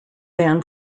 than